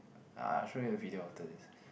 I show you a video after this